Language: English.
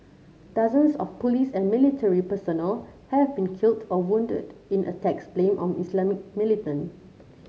dozens of police and military personnel have been killed or wounded in attacks blamed on Islamist militant